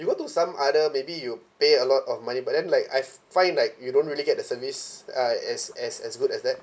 you go to some other maybe you pay a lot of money but then like I find like you don't really get the service uh as as as good as that